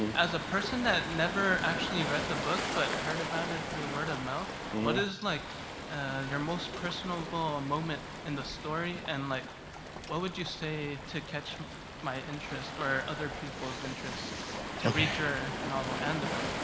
as a person that never actually read the book, but heard about it through word-of-mouth what is like your most personable moment in the story and like what would you say to catch my interest or other people's interest to read your novel and the book?